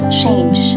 change